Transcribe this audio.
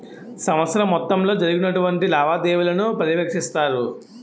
సంవత్సరం మొత్తంలో జరిగినటువంటి లావాదేవీలను పర్యవేక్షిస్తారు